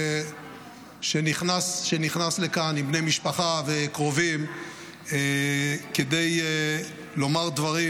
שנכנס לכאן עם בני משפחה וקרובים כדי לומר דברים